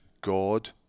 God